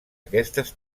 aquestes